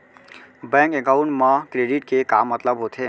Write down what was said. Bank account मा credit के का मतलब होथे?